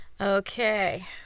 Okay